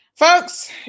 Folks